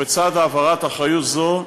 בצד העברת אחריות זו,